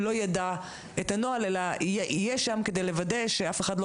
לא יידע את הנוהל אלא יהיה שם כדי לוודא שאף אחד לא